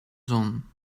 zon